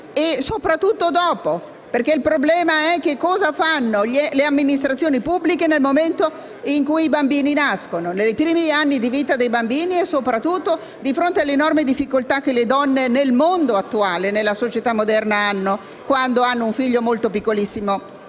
ma soprattutto dopo. Infatti, il problema è che cosa fanno le amministrazioni pubbliche nel momento in cui i bambini nascono, nei loro primi anni di vita e, soprattutto, di fronte alle enormi difficoltà che le donne incontrano nella società moderna quando hanno un figlio piccolissimo